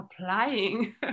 applying